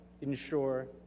ensure